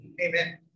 Amen